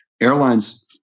Airlines